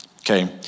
Okay